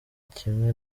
kimwe